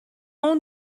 اون